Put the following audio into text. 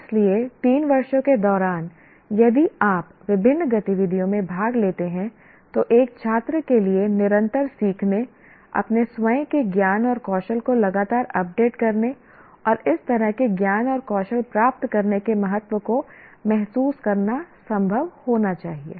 इसलिए 3 वर्षों के दौरान यदि आप विभिन्न गतिविधियों में भाग लेते हैं तो एक छात्र के लिए निरंतर सीखने अपने स्वयं के ज्ञान और कौशल को लगातार अपडेट करने और इस तरह के ज्ञान और कौशल प्राप्त करने के महत्व को महसूस करना संभव होना चाहिए